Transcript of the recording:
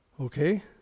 okay